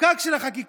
הפקק של החקיקה,